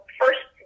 first